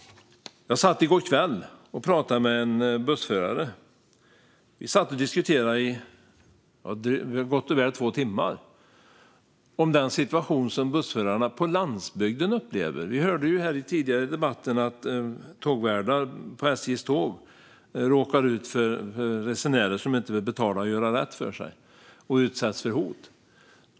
Jag satt i går kväll och pratade med en bussförare. Vi satt i gott och väl två timmar och diskuterade den situation som bussförarna på landsbygden upplever. Vi hörde i den tidigare debatten att tågvärdar på SJ:s tåg råkar ut för resenärer som inte vill betala och göra rätt för sig, och de utsätts för hot.